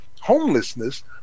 Homelessness